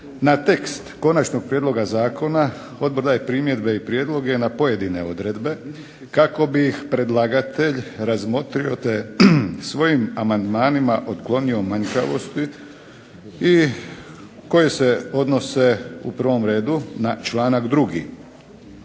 Na tekst konačnog prijedloga zakona odbor daje primjedbe i prijedloge na pojedine odredbe kako bi ih predlagatelj razmotrio te svojim amandmanima otklonio manjkavosti koje se odnose u prvom redu na članak 2.